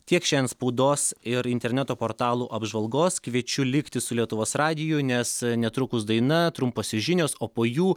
tiek šiandien spaudos ir interneto portalų apžvalgos kviečiu likti su lietuvos radiju nes netrukus daina trumposios žinios o po jų